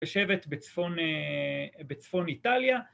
‫יושבת בצפון איטליה.